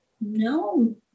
No